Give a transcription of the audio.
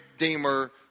Redeemer